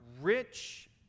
rich